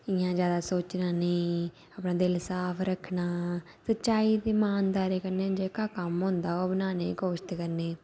इ'यां जैदा सोचना नेईं अपना दिल साफ रक्खना सच्चाई ते ईमानदारी कन्नै जेह्का कम्म होंदा ना करने दी कोश्श करनी